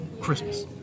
Christmas